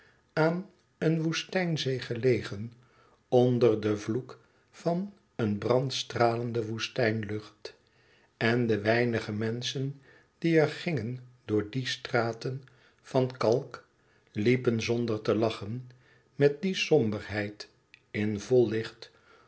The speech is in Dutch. aan een woestijnzee gelegen onder den vloek van een brandstralende woestijnlucht en de e ids aargang menschen die er gingen door die straten van kalk liepen zonder te lachen met die somberheid in vol licht